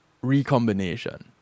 recombination